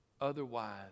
Otherwise